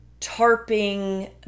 tarping